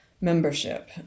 membership